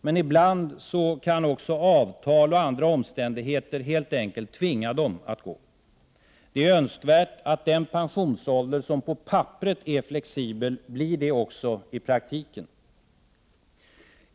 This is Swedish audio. men ibland kan också avtal eller andra omständigheter helt enkelt tvinga dem att gå. Det är önskvärt att den pensionsålder som på papperet är flexibel blir det också i praktiken.